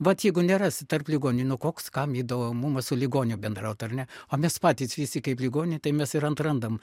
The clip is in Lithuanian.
vat jeigu nerasi tarp ligoninių nu koks kam įdomumas su ligoniu bendraut ar ne o mes patys visi kaip ligoniai tai mes ir atrandam